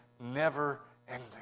never-ending